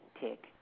tick